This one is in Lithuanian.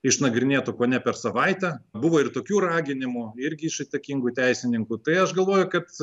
išnagrinėtų kone per savaitę buvo ir tokių raginimų irgi iš įtakingų teisininkų tai aš galvoju kad